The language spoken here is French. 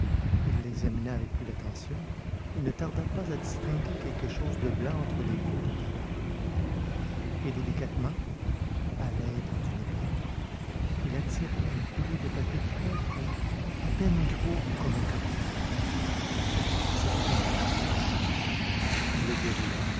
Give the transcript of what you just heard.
il l'examina avec plus d'attention et ne tarda pas à distinguer quelque chose de blanc entre les feuilles de tabac et délicatement à l'aide d'une épingle il attirait un rouleau de papier très fin à peine gros comme un cure dent c'était un billet il le déroula